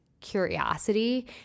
curiosity